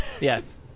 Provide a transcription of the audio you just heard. Yes